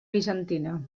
bizantina